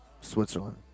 Switzerland